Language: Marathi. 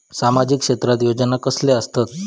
सामाजिक क्षेत्रात योजना कसले असतत?